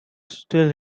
still